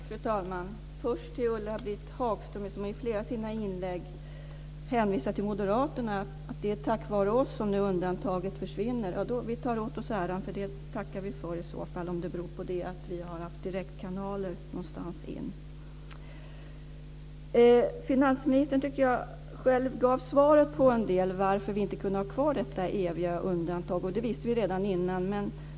Fru talman! Ulla-Britt Hagström hänvisar i flera av sina inlägg till Moderaterna och att det är tack vare oss som undantaget försvinner. Vi tar gärna åt oss äran av det och tackar för det, om det beror på att vi har haft direktkanaler någonstans. Jag tycker att finansministern själv till en del gav svaret på varför vi inte kunde ha kvar detta som ett evigt undantag, och det visste vi redan tidigare.